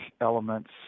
elements